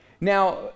Now